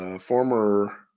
former